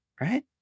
right